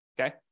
okay